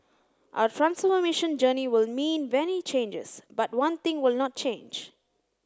our transformation journey will mean many changes but one thing will not change